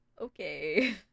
Okay